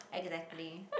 exactly